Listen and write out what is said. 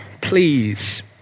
Please